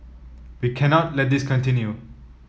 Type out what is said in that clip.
we cannot let this continue